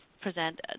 present